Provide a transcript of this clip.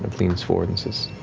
leans forward and says,